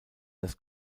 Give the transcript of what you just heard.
das